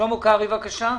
שלמה קרעי, בבקשה.